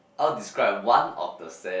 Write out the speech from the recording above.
or describe one of the sad